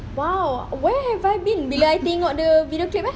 !wow! where have I been bila I tengok the video clip eh